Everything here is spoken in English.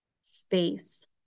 space